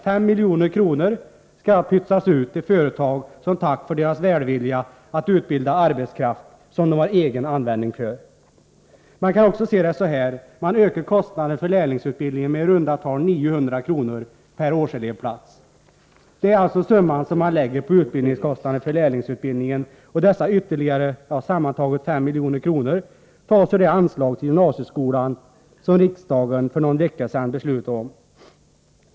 5 milj.kr. skall pytsas ut till företag som tack för deras välvilja att utbilda arbetskraft som de har egen användning för. Man kan också se det så här: Man ökar kostnaderna för lärlingsutbildningen med i runda tal 900 kr. per årselevplats. Det är alltså summan som man lägger på utbildningskostnaden för lärlingsutbildningen, och dessa ytterligare 5 milj.kr. tas ur det anslag till gymnasieskolan som riksdagen för någon vecka sedan beslutat om.